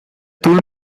tul